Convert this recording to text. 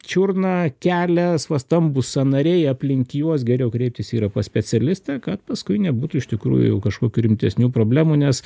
čiurna kelias va stambūs sąnariai aplink juos geriau kreiptis yra pas specialistą kad paskui nebūtų iš tikrųjų kažkokių rimtesnių problemų nes